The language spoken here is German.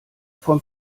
vom